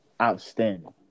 Outstanding